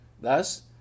Thus